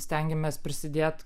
stengiamės prisidėt